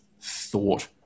thought